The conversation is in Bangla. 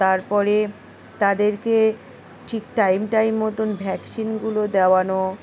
তারপরে তাদেরকে ঠিক টাইম টাইম মতন ভ্যাকসিনগুলো দেওয়ানো